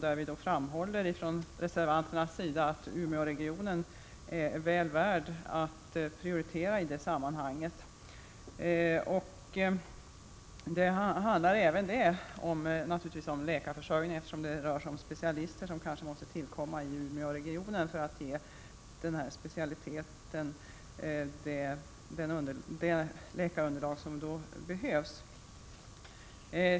Därvid framhåller vi från reservanternas sida att Umeåregionen är väl värd att prioritera i sammanhanget. Det handlar naturligtvis även där om läkarförsörjning, eftersom det rör sig om att specialister måste tillkomma i Umeåregionen för att ge det läkarunderlag som behövs.